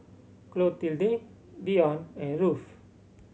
clotilde Dion and Ruthe